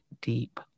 deep